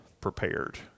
prepared